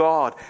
God